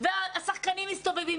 השחקנים מסתובבים.